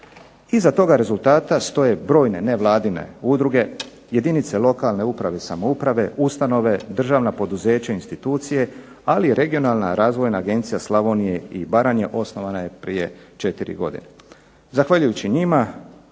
Iza toga rezultata stoje brojne nevladine udruge, jedinice lokalne uprave i samouprave, ustanove, državna poduzeća, institucije, ali i regionalna razvoja Agencija Slavonije i baranje osnovane prije 4 godine. Zahvaljujući njima